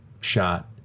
shot